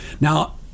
now